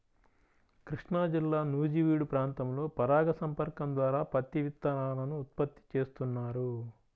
కృష్ణాజిల్లా నూజివీడు ప్రాంతంలో పరాగ సంపర్కం ద్వారా పత్తి విత్తనాలను ఉత్పత్తి చేస్తున్నారు